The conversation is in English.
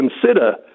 consider